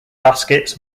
baskets